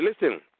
Listen